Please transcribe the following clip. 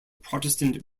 protestant